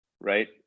Right